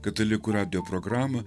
katalikų radijo programą